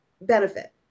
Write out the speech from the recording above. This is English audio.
benefit